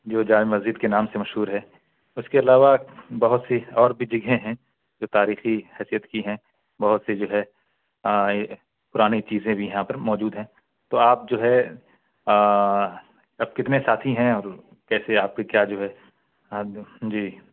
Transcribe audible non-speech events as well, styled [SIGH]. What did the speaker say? جو جامع مسجد کے نام سے مشہور ہے اس کے علاوہ بہت سی اور بھی جگہیں ہیں جو تاریخی حیثیت کی ہیں بہت سی جو ہے پرانی چیزیں بھی یہاں پر موجود ہیں تو آپ جو ہے آپ کتنے ساتھی ہیں اور کیسے آپ کیا جو ہے [UNINTELLIGIBLE] جی